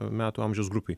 metų amžiaus grupėj